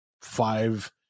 five